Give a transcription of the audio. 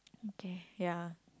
okay ya